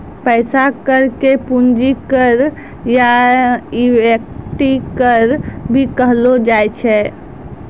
पैसा कर के पूंजी कर या इक्विटी कर भी कहलो जाय छै